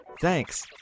Thanks